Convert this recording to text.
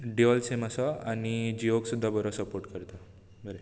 dual SIM आसा तेका आनी जियोक सुद्दां बरो सपोर्ट करता बरें